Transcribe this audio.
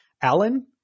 Alan